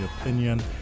opinion